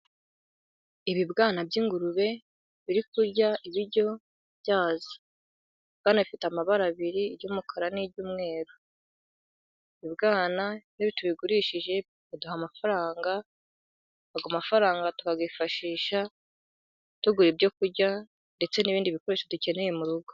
Ibibwana by'ingurube biri kurya ibiryo byazo. Ibibwana bifite amabara abiri, iry'umukara n'iry'umweru. Ibibwana iyo tubigurishije baduha amafaranga, ayo mafaranga tukayifashisha tugura ibyo kurya, ndetse n'ibindi bikoresho dukeneye mu rugo.